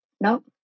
Nope